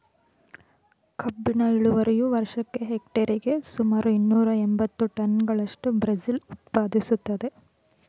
ಕಬ್ಬಿನ ಇಳುವರಿಯು ವರ್ಷಕ್ಕೆ ಹೆಕ್ಟೇರಿಗೆ ಸುಮಾರು ಇನ್ನೂರ ಎಂಬತ್ತು ಟನ್ಗಳಷ್ಟು ಬ್ರೆಜಿಲ್ ಉತ್ಪಾದಿಸ್ತದೆ